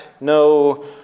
no